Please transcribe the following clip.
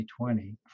2020